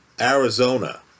Arizona